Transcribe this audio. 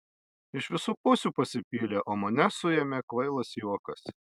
iš visų pusių pasipylė o mane suėmė kvailas juokas